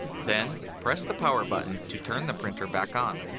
then, press the power button to turn the printer back on.